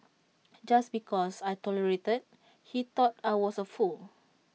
just because I tolerated he thought I was A fool